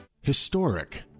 Historic